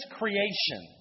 creation